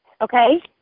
okay